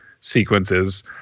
sequences